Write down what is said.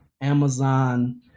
Amazon